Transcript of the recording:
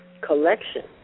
collection